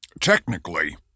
technically